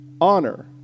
Honor